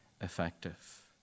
effective